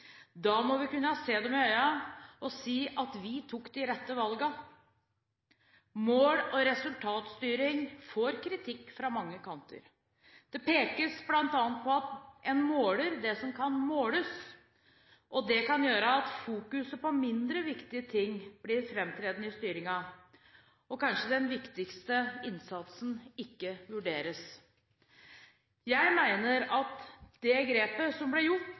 Da må vi kunne se dem i øynene og si at vi tok de rette valgene. Mål- og resultatstyring får kritikk fra mange kanter. Det pekes bl.a. på at man måler det som kan måles. Det kan gjøre at man fokuserer på mindre viktige ting i styringen, og kanskje at den viktigste innsatsen ikke vurderes. Jeg mener at det grepet som ble gjort